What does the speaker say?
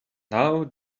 now